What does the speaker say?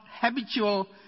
habitual